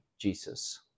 Jesus